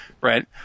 right